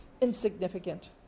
insignificant